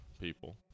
people